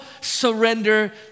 surrender